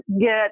get